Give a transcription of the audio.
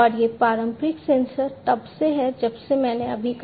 और ये पारंपरिक सेंसर तब से हैं जब से मैंने अभी कहा